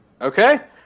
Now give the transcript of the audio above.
okay